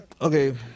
Okay